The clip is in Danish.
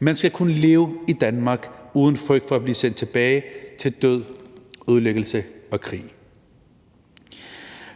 Man skal kunne leve i Danmark uden frygt for at blive sendt tilbage til død, ødelæggelse og krig.